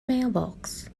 mailbox